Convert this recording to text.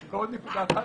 עוד נקודה אחת.